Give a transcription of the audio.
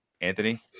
Anthony